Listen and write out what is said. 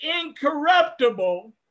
incorruptible